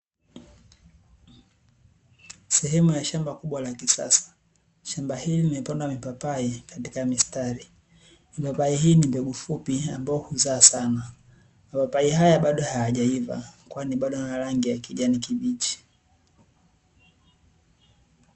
Sehemu ya shamba kubwa la kisasa shamba hili limepandwa mipapai katika katika mistari mipapai hii nimbegu fupi ambayo huzaa sana mapapai haya bado hayajaiva kwani bado yana rangi yakijani kibichi.